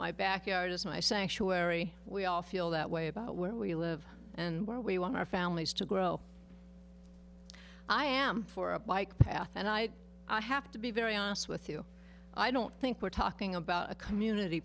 my backyard is my sanctuary we all feel that way about where we live and where we want our families to grow i am for a bike path and i have to be very honest with you i don't think we're talking about a community